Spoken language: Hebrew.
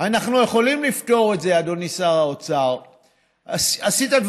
זה כסף גדול, משמעותי,